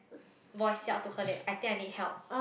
voice out to her that I think I need help